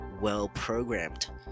well-programmed